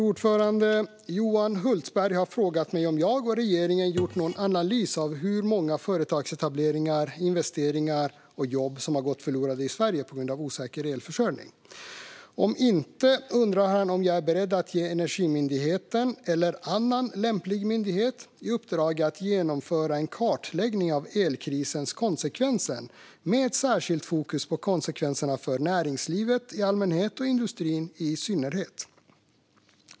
Fru talman! Johan Hultberg har frågat mig om jag och regeringen har gjort någon analys av hur många företagsetableringar, investeringar och jobb som har gått förlorade i Sverige på grund av osäker elförsörjning. Om inte, undrar han om jag är beredd att ge Energimyndigheten, eller annan lämplig myndighet i uppdrag att genomföra en kartläggning av elkrisens konsekvenser med särskilt fokus på konsekvenserna för näringslivet i allmänhet och industrin i synnerhet.